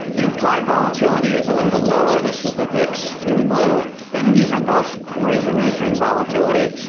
the implied volatility is a little bit lower, this is the vix in blue and these are both ways of measuring volatility.